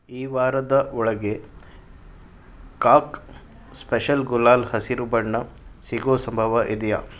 ಈ ವಾರದ ಒಳಗೆ ಕಾಕ್ ಸ್ಪೆಷಲ್ ಗುಲಾಲ್ ಹಸಿರು ಬಣ್ಣ ಸಿಗೋ ಸಂಭವ ಇದೆಯಾ